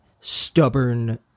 stubborn